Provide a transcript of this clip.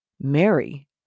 Mary